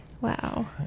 Wow